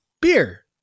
beer